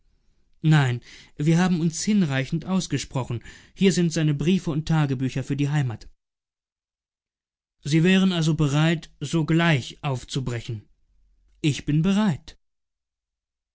nein wir haben uns hinreichend ausgesprochen hier sind seine briefe und tagebücher für die heimat sie wären also bereit sogleich aufzubrechen ich bin bereit